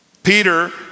Peter